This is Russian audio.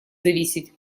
зависеть